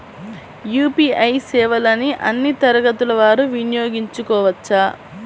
UPI సేవలని అన్నీ తరగతుల వారు వినయోగించుకోవచ్చా?